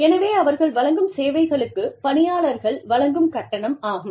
எனவே அவர்கள் வழங்கும் சேவைகளுக்கு பணியாளர்கள் வழங்கும் கட்டணம் ஆகும்